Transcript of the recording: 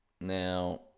Now